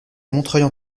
montreuil